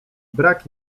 brak